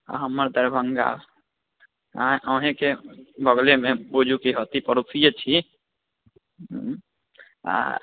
हमर दरभङ्गा आँय अहीँके बगलेमे बुझु कि अथी पड़ोसिये छी आओर